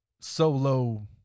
solo